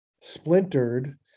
splintered